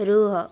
ରୁହ